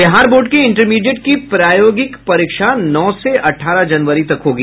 Bihar board के intermediate की प्रायोगिक परीक्षा नौ से अठारह जनवरी तक होगी